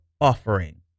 offering